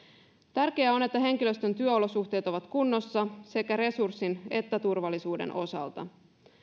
tärkeää on että henkilöstön työolosuhteet ovat kunnossa sekä resurssin että turvallisuuden osalta